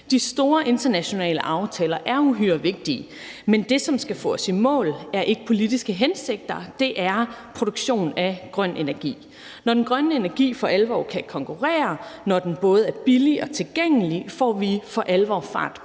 De store internationale aftaler er uhyre vigtige, men det, som skal få os i mål, er ikke politiske hensigter. Det er produktion af grøn energi. Når den grønne energi for alvor kan konkurrere, når den både er billig og tilgængelig, får vi for alvor fart